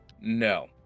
No